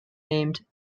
named